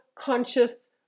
conscious